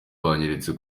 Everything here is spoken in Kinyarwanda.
byanyeretse